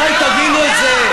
מתי תבינו את זה?